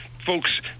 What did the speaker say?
folks